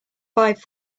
five